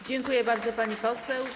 Dziękuję bardzo, pani poseł.